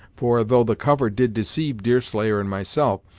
for, though the cover did deceive deerslayer and myself,